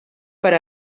per